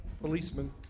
policemen